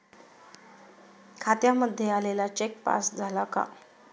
खात्यामध्ये आलेला cheque pass झाला का?